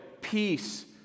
peace